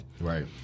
Right